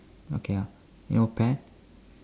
okay ah you know pear